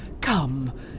Come